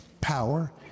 power